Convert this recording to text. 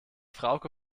frauke